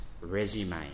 resume